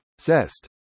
CEST